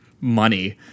money